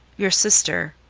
your sister,